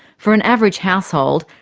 for an average household,